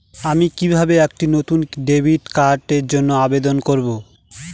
আমি কিভাবে একটি নতুন ডেবিট কার্ডের জন্য আবেদন করব?